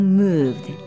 moved